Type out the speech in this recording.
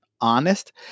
honest